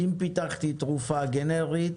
אם פיתחתי תרופה גנרית,